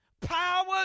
power